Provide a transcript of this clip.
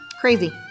Crazy